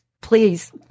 Please